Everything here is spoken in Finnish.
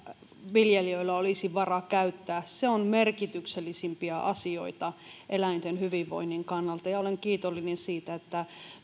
viljelijöillä olisi varaa sitä käyttää se on merkityksellisimpiä asioita eläinten hyvinvoinnin kannalta ja olen kiitollinen siitä että